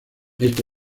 este